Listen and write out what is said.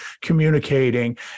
communicating